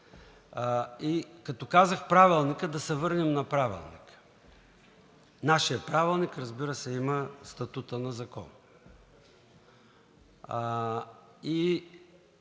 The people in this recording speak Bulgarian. Като казах „Правилникът“, да се върнем на Правилника. Нашият правилник, разбира се, има статута на закон